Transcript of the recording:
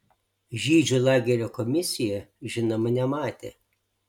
žydžių lagerio komisija žinoma nematė